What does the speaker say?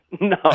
No